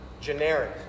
generic